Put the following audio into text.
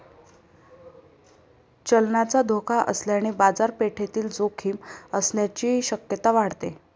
चलनाचा धोका असल्याने बाजारपेठेतील जोखीम असण्याची शक्यता वाढते